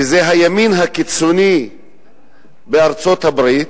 שזה הימין הקיצוני בארצות-הברית,